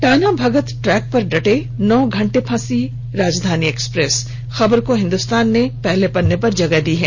टाना Bhagat track पर डटे नौ घंटे फंसी राजधानी एक्सप्रेस खबर को हिंदुस्तान ने पहले पन्ने पर जगह दी है